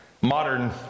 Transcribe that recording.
Modern